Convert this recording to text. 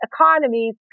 economies